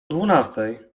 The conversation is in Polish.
dwunastej